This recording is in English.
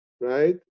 right